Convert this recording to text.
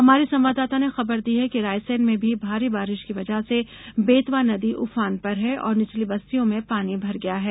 हमारे संवाददाता ने खबर दी है कि रायसेन में भी भारी बारिश की वजह से बेतवा नदी उफान पर है और निचली बस्तियों में पानी भर गया है